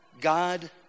God